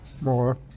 More